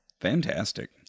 Fantastic